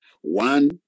One